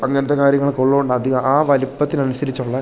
അങ്ങനത്തെ കാര്യങ്ങളൊക്കെ ഉള്ളതുകൊണ്ട് അധികം ആ വലുപ്പത്തിനനുസരിച്ചുള്ള